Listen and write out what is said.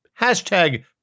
Hashtag